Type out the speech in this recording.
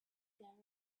scared